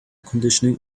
conditioning